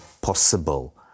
possible